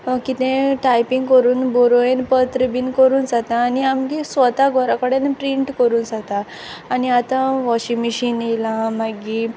कितें टायपिंग कोरून बोरोयन पत्र बीन कोरूं जाता आनी आमगे स्वता घोरा कोडेंचें प्रिंट कोरूं जाता आनी आतां वॉशिंग मेशीन येलां मागीर